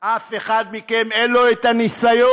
אף אחד מכם, אין לו את הניסיון,